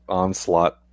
onslaught